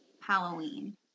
Halloween